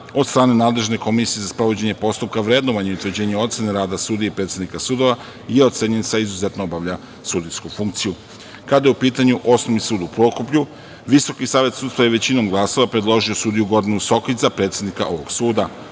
Od strane nadležne komisije za sprovođenje postupka, vrednovanje i utvrđivanje ocene rada sudija i predsednika sudova je ocenjen sa „izuzetno obavlja sudijsku funkciju“.Kada je u pitanju Osnovni sud u Prokuplju, Visoki savet sudstva je većinom glasova predložio sudiju Gordanu Sokić za predsednika ovog suda.